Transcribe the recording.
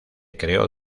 creó